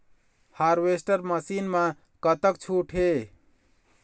Harvester machine मा कतका छूट हे?